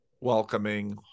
welcoming